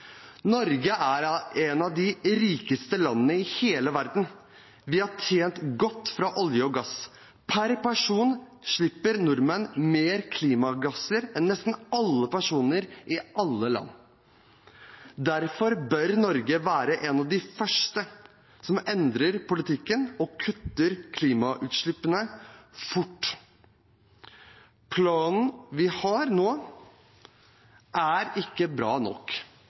Norge er et av de rikeste landene i verden. Vi har tjent godt på olje og gass. Per person slipper nordmenn ut mer klimagasser enn nesten alle personer i alle land. Derfor bør Norge være av de første som endrer politikken og kutter klimagassutslippene fort. Planen vi har nå, er ikke bra nok.